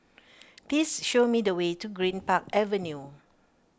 please show me the way to Greenpark Avenue